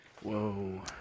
Whoa